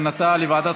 (אצילת סמכות לוועדת